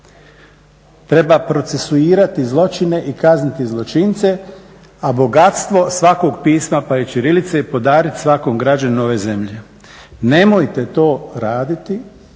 Treba procesuirati zločine i kazniti zločince, a bogatstvo svakog pisma pa i ćirilice podariti svakom građaninu ove zemlje. Nemojte to raditi